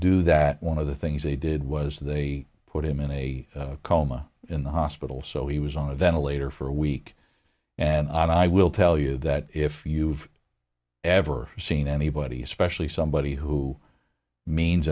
do that one of the things they did was they put him in a coma in the hospital so he was on a ventilator for a week and i will tell you that if you've ever seen anybody especially somebody who means